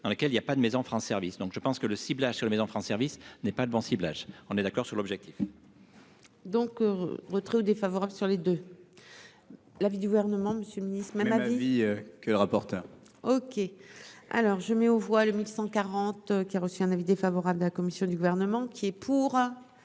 dans lequel il y a pas de maison France service donc je pense que le ciblage sur le Maison France service n'est pas de bon ciblage on est d'accord sur l'objectif. Donc retrait défavorable sur les, de l'avis du gouvernement, Monsieur le Ministre, même admis que le rapporteur OK, alors je mets aux voix le mille cent quarante, qui a reçu un avis défavorable de la commission du gouvernement qui est pour.